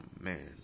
Amen